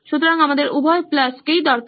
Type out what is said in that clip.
সুতরাং আমাদের উভয় প্লাস কেই দরকার